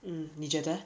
mm 你觉得